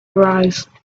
arise